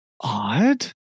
Odd